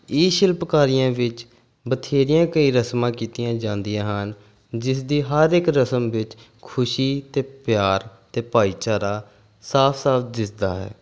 ਇਹ ਸ਼ਿਲਪਕਾਰੀਆਂ ਵਿੱਚ ਬਥੇਰੀਆਂ ਕਈ ਰਸਮਾਂ ਕੀਤੀਆਂ ਜਾਂਦੀਆਂ ਹਨ ਜਿਸ ਦੀ ਹਰ ਇੱਕ ਰਸਮ ਵਿੱਚ ਖੁਸ਼ੀ ਅਤੇ ਪਿਆਰ ਅਤੇ ਭਾਈਚਾਰਾ ਸਾਫ਼ ਸਾਫ਼ ਦਿਸਦਾ ਹੈ